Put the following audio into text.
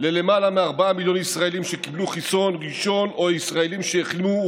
ללמעלה מארבעה מיליון ישראלים שקיבלו חיסון ראשון או ישראלים שחלו,